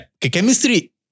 chemistry